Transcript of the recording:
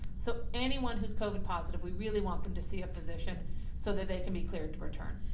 so anyone who's covid positive, we really want them to see a physician so that they can be cleared to return.